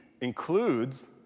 includes